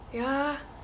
ya